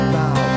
now